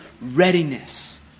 readiness